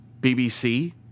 BBC